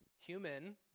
Human